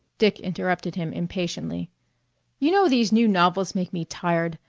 dick interrupted him impatiently you know these new novels make me tired.